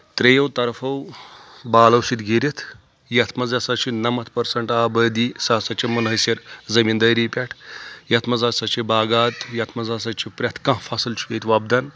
ترٛیو طرفو بالو سۭتۍ گِرِتھ یتھ منٛز ہسا چھِ نمتھ پٔرسنٹ آبٲدی سُہ ہسا چھِ مُنٲسر زٔمیٖن دٲری پؠٹھ یتھ منٛز ہسا چھِ باغات یتھ منٛز ہسا چھِ پرؠتھ کانٛہہ فصٕل چھُ ییٚتہِ وۄپدان